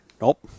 Nope